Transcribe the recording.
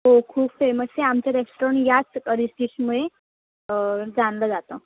हो खूप फेमस आहे आमचं रेस्टॉरंट याच रिच डिशमुळे जाणलं जातं